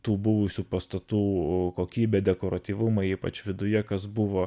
tų buvusių pastatų kokybę dekoratyvumą ypač viduje kas buvo